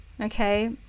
Okay